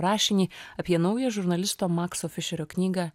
rašinį apie naują žurnalisto makso fišerio knygą